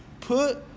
put